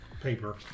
Paper